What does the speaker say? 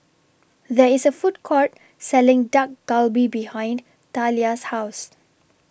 There IS A Food Court Selling Dak Galbi behind Thalia's House